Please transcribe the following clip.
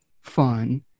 fun